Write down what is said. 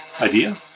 idea